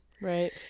Right